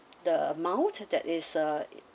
the amount that is uh